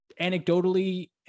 anecdotally